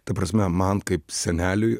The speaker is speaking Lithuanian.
ta prasme man kaip seneliui